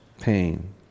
pain